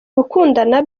gukundana